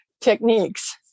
techniques